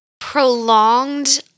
prolonged